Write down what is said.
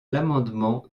l’amendement